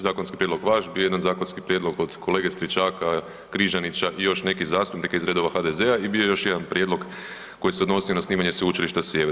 zakonski prijedlog vaš, bio je jedan zakonski prijedlog od kolege Stričaka, Križanića i još nekih zastupnika iz redova HDZ-a i bio je još jedan prijedlog koji se odnosio na osnivanje Sveučilišta Sjever.